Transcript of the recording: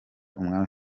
umwami